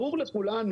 ברור לכולנו,